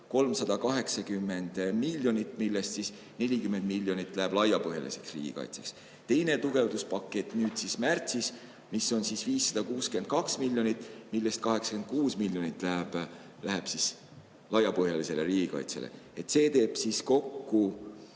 380 miljonit, millest 40 miljonit läheb laiapõhjalisele riigikaitsele, teine tugevduspakett märtsis, 562 miljonit, millest 86 miljonit läheb laiapõhjalisele riigikaitsele. See teeb kokku